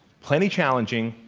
plenty challenging,